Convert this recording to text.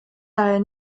daher